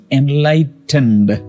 enlightened